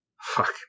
fuck